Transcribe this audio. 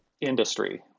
industry